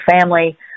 family